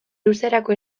luzerako